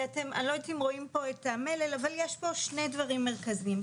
אני לא יודעת אם רואים פה את המלל אבל יש פה שני דברים מרכזיים: